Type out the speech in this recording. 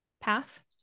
path